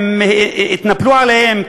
הם התנפלו עליהם,